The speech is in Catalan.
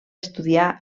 estudiar